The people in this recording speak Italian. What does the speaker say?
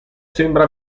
sembra